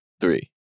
Three